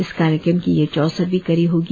इस कार्यक्रम की यह चौसठवीं कड़ी होगी